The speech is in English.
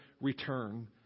return